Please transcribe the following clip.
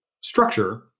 structure